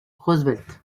roosevelt